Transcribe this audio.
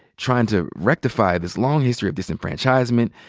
trying to rectify this long history of disenfranchisement.